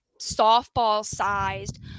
softball-sized